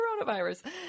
coronavirus